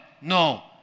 no